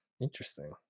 Interesting